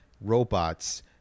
robots